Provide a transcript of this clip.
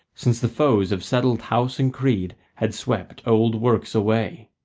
since the foes of settled house and creed had swept old works away.